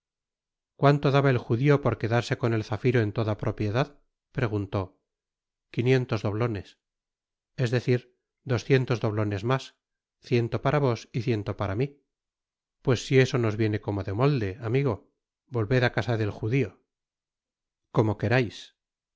cuánto daba el judio por quedarse con el zafiro en toda propiedad preguntó quinientos doblones es decir doscientos doblones mas ciento para vos y ciento para mi pues si eso nos viene como de molde amigo volved á casa del judio